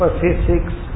physics